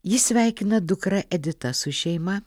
jį sveikina dukra edita su šeima